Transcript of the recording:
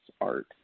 art